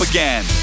Again